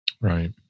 Right